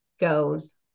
goes